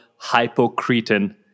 hypocretin